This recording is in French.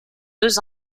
deux